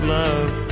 love